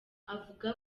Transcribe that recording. avuga